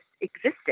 existed